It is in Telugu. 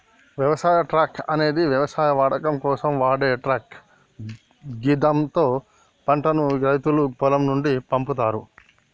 వ్యవసాయ ట్రక్ అనేది వ్యవసాయ వాడకం కోసం వాడే ట్రక్ గిదాంతో పంటను రైతులు పొలం నుండి పంపుతరు